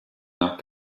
nach